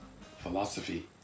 philosophy